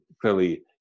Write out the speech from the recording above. clearly